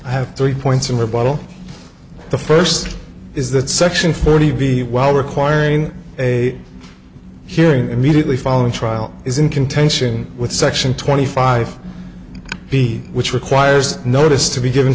i have three points in rebuttal the first is that section forty b while requiring a hearing immediately following trial is in contention with section twenty five b which requires notice to be given